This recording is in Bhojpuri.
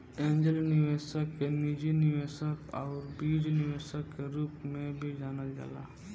एंजेल निवेशक के निजी निवेशक आउर बीज निवेशक के रूप में भी जानल जाला